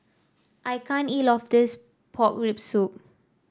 I can't eat all of this Pork Rib Soup